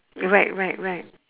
right right right